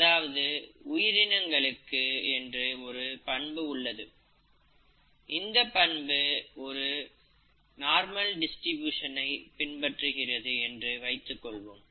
அதாவது உயிரினங்களுக்கு என்று ஒரு பண்பு உள்ளது இந்தப் பண்பு ஒரு நார்மல் டிஸ்ட்ரிபியூஷன் ஐ பின்பற்றுகிறது என்று வைத்துக் கொள்வோம்